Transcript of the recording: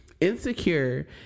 Insecure